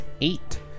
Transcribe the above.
eight